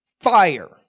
fire